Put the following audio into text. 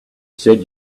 said